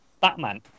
Batman